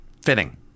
fitting